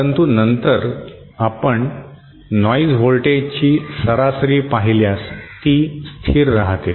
परंतु नंतर आपण नॉइज व्होल्टेजची सरासरी पाहिल्यास ती स्थिर राहते